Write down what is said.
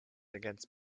against